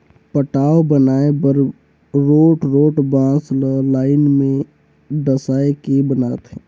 पटांव बनाए बर रोंठ रोंठ बांस ल लाइन में डसाए के बनाथे